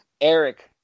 Eric